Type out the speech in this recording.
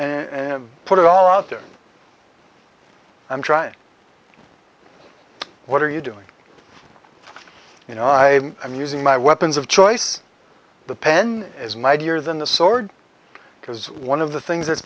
and put it all out there i'm trying what are you doing you know i i'm using my weapons of choice the pen is mightier than the sword because one of the things that's